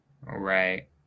Right